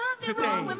today